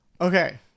okay